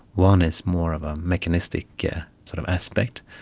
one is more of a mechanistic yeah sort of aspect.